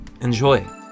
enjoy